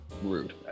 Rude